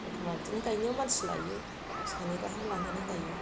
एखमब्ला बिदिनो मानसि लायो सानै गाहाम लानानै गायो